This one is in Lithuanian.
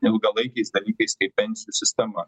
ilgalaikiais dalykais kaip pensijų sistema